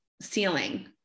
ceiling